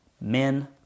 Men